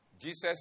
Jesus